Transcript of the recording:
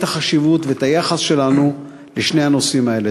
החשיבות ואת היחס שלנו לשני הנושאים האלה.